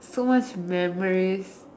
so much memories